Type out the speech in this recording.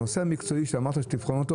בנושא המקצועי, שאמרת שתבחן אותו